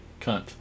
cunt